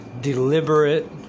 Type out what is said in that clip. deliberate